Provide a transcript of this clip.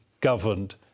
governed